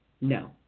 no